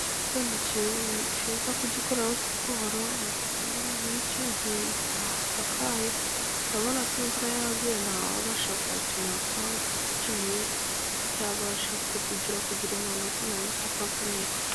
Ikibuga ni cyiza kugikoreraho siporo, ariko urabona nk’iki ntihasakaye. Urabona ko imvura yaguye, ntawabasha kuhakinira kuko uhakiniye yabasha kugira impanuka, cyangwa se akavunika.